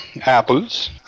apples